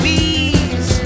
Bees